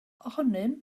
ohonom